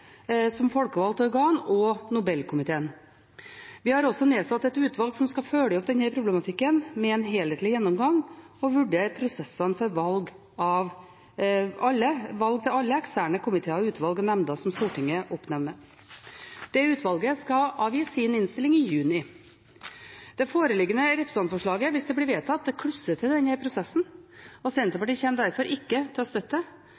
som folkevalgt organ og Nobelkomiteen. Vi har også nedsatt et utvalg som skal følge opp denne problematikken med en helhetlig gjennomgang og vurdere prosessene for valg til alle eksterne komiteer, utvalg og nemnder som Stortinget oppnevner. Utvalget skal avgi sin innstilling i juni. Det foreliggende representantforslaget, hvis det blir vedtatt, klusser til denne prosessen, og Senterpartiet kommer derfor ikke til å støtte